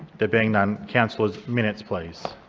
there being none, councillors, minutes please.